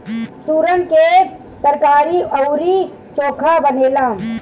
सुरन के तरकारी अउरी चोखा बनेला